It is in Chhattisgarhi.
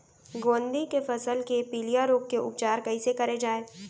गोंदली के फसल के पिलिया रोग के उपचार कइसे करे जाये?